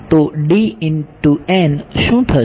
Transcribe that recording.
તો શું થશે